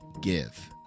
give